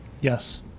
yes